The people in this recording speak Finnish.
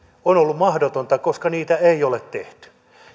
on ollut mahdotonta koska niitä ei ole tehty